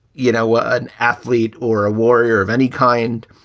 you know, an athlete or a warrior of any kind.